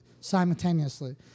simultaneously